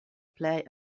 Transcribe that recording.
plej